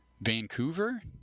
Vancouver